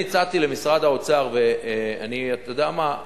אני הצעתי למשרד האוצר, ואתה יודע מה?